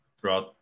throughout